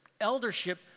eldership